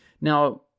Now